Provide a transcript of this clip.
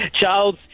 Charles